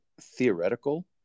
theoretical